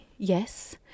Yes